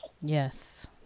Yes